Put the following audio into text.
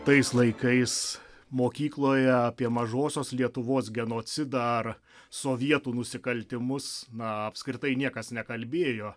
tais laikais mokykloje apie mažosios lietuvos genocidą ar sovietų nusikaltimus na apskritai niekas nekalbėjo